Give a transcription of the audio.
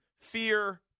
fear